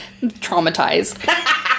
Traumatized